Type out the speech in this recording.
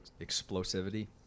explosivity